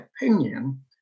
opinion